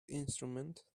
instrument